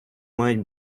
мають